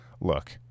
look